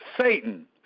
Satan